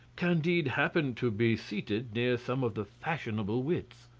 candide happened to be seated near some of the fashionable wits.